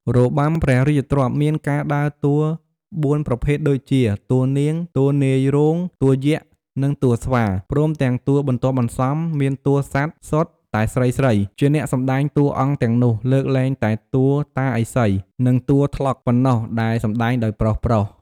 របាំព្រះរាជទ្រព្យមានការដើរតួបួនប្រភេទដូចជា តួនាង តួនាយរោង តួយក្ស និងតួស្វា ព្រមទាំងតួបន្ទាប់បន្សំ មានតួសត្វសុទ្ធតែស្រីៗ ជាអ្នកសម្តែងតួអង្គទាំងនោះ លើកលែងតែតួតាឥសី និងតួត្លុកប៉ុណ្ណោះដែល សម្តែងដោយប្រុសៗ។